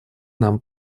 нам